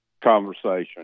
conversation